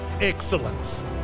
excellence